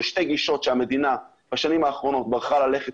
אלה שתי גישות שהמדינה בשנים האחרונות בחרה ללכת